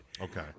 okay